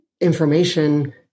information